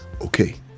Okay